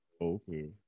okay